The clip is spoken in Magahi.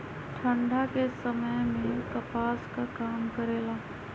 ठंडा के समय मे कपास का काम करेला?